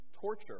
torture